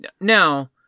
Now